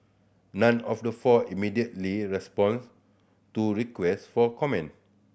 none of the four immediately responded to requests for comment